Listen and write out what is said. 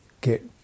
get